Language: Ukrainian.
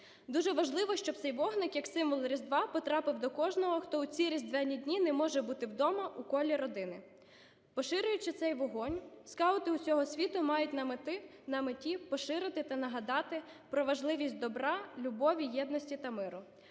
Дуже важливо, щоб цей вогник як символ Різдва потрапив до кожного, хто у ці різдвяні дні не може бути вдома, у колі родини. Поширюючи цей вогонь, скаути усього світу мають на меті поширити та нагадати про важливість добра, любові, єдності та миру.